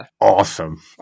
awesome